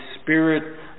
spirit